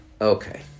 Okay